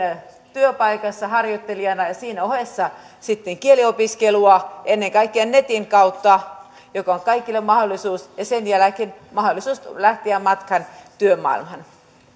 työpaikassa harjoittelijana ja siinä ohessa sitten kieliopiskelua ennen kaikkea netin kautta joka on kaikille mahdollisuus ja sen jälkeen mahdollisuus lähteä matkaan työmaailmaan